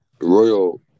royal